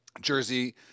jersey